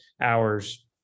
hours